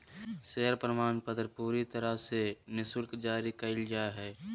share प्रमाणपत्र पूरे तरह से निःशुल्क जारी कइल जा हइ